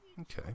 Okay